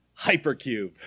hypercube